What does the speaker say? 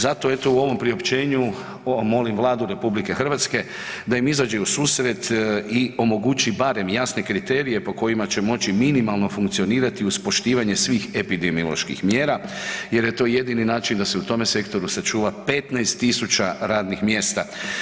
Zato eto u ovom priopćenju molim Vladu RH da im izađe u susret i omogući barem jasne kriterije po kojima će moći minimalno funkcionirati uz poštivanje svih epidemioloških mjera jer je to jedini način da se u tome sektoru sačuva 15.000 radnih mjesta.